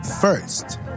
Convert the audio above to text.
first